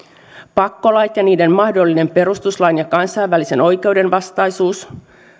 pakkolait ja niiden mahdollinen perustuslain ja kansainvälisen oikeuden vastaisuus